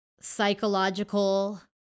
psychological